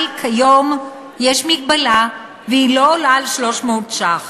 אבל כיום יש מגבלה, והיא לא עולה על 300 ש"ח.